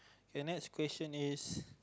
okay next question is